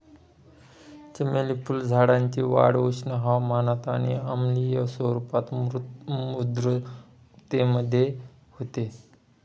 चमेली फुलझाडाची वाढ उष्ण हवामानात आणि आम्लीय स्वरूपाच्या मृदेमध्ये होते